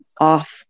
off